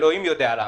אלוהים יודע למה.